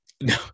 No